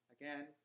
again